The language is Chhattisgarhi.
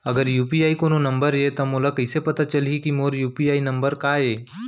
अगर यू.पी.आई कोनो नंबर ये त मोला कइसे पता चलही कि मोर यू.पी.आई नंबर का ये?